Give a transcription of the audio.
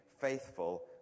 faithful